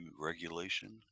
regulation